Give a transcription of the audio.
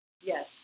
Yes